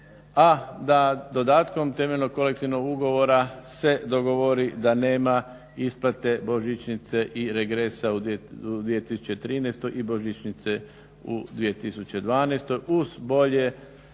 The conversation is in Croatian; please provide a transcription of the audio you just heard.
a da dodatkom temeljenog kolektivnog ugovora se dogovori da nema ispate božićnice i regresa u 2013. i božićnice u 2012.